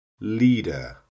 leader